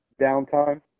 downtime